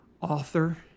author